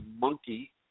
Monkey